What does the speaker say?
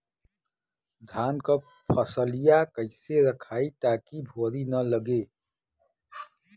धान क फसलिया कईसे रखाई ताकि भुवरी न लगे?